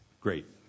Great